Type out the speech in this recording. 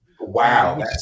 Wow